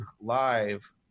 live